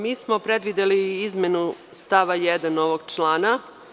Mi smo predvideli izmenu stava 1. ovog člana.